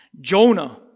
Jonah